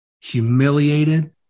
humiliated